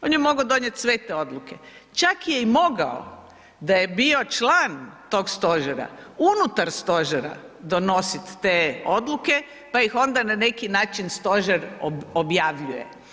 On je mogao donijeti sve te odluke čak je i mogao da je bio član tog stožera unutar stožera donosit te odluke pa ih onda na neki način stožer objavljuje.